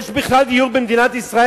יש בכלל דיור במדינת ישראל?